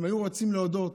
הם היו רוצים להודות